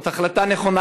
זאת החלטה נכונה.